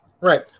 Right